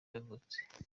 yavutse